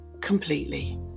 completely